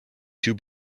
two